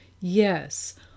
Yes